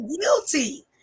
guilty